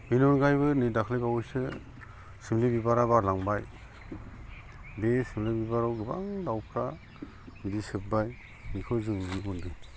बेनि अनगायैबो नै दाख्लैबावैसो सोमलि बिबारा बारलांबाय बे सोमलि बिबाराव गोबां दाउफ्रा बिदै सोबबाय बिखौ जों नुनो मोन्दों